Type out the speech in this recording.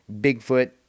Bigfoot